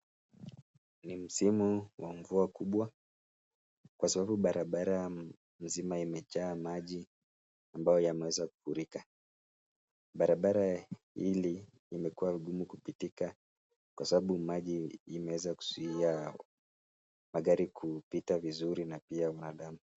Ni msimu wa mvua kubwa, Kwa sababu barabara mzima imejaa maji ambayo imeweza kufurika. Barabara hili limekuwa ngumu kupitika Kwa sababu maju imeanza kuzuia magari kupita vizuri na pia mwanadamu.